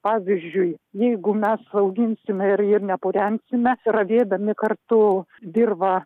pavyzdžiui jeigu mes auginsime ir ir nepurensime ravėdami kartu dirvą